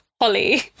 Holly